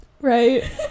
right